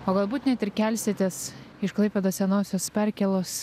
o galbūt net ir kelsitės iš klaipėdos senosios perkėlos